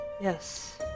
Yes